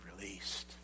released